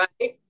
right